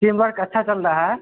team work अच्छा चल रहा है